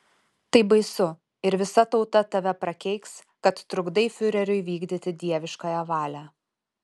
tai baisu ir visa tauta tave prakeiks kad trukdai fiureriui vykdyti dieviškąją valią